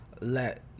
let